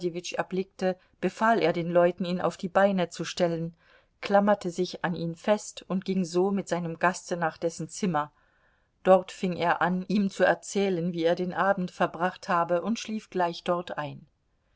erblickte befahl er den leuten ihn auf die beine zu stellen klammerte sich an ihn fest und ging so mit seinem gaste nach dessen zimmer dort fing er an ihm zu erzählen wie er den abend verbracht habe und schlief gleich dort ein